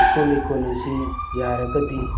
ꯍꯩꯀꯣꯜ ꯂꯩꯀꯣꯜ ꯑꯁꯤ ꯌꯥꯔꯒꯗꯤ